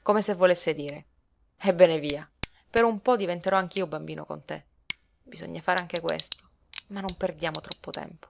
come se volesse dire ebbene via per un po diventerò anch'io bambino con te bisogna fare anche questo ma non perdiamo troppo tempo